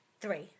Three